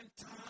time